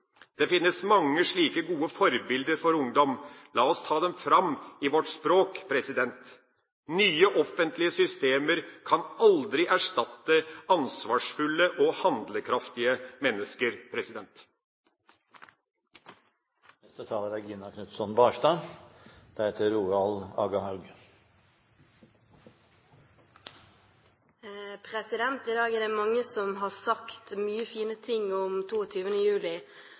Det finnes mange slike gode forbilder for ungdom. La oss ta dem fram i vårt språk. Nye offentlige systemer kan aldri erstatte ansvarsfulle og handlekraftige mennesker. I dag er det mange som har sagt mye fint om 22. juli,